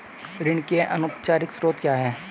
ऋण के अनौपचारिक स्रोत क्या हैं?